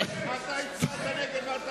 מישהו בש"ס יכול להגיד את זה עכשיו?